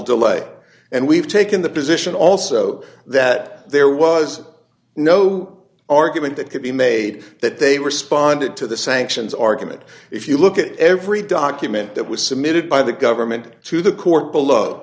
delay and we've taken the position also that there was no argument that could be made that they responded to the sanctions argument if you look at every document that was submitted by the government to the court below